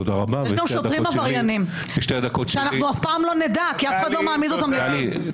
יש פה גם שוטרים עבריינים ואף פעם לא נדע כי אף אחד לא מעמיד אותם לדין.